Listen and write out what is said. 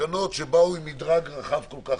תקנות שבאו עם מדרג רחב כל כך.